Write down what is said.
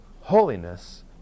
holiness